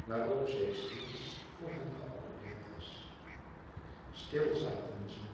waarop cecile voor hen geabonneerd was stil zaten ze